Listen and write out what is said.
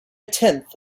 tenth